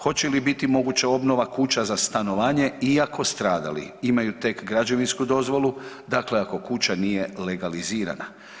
Hoće li biti moguća obnova kuća za stanovanje iako stradali imaju tek građevinsku dozvolu, dakle ako kuća nije legalizirana?